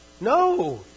No